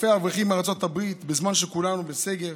אלפי אברכים מארצות הברית בזמן שכולנו בסגר?